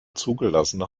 zugelassene